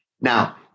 Now